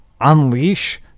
unleash